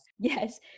Yes